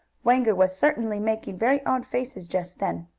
wango was certainly making very odd faces just then.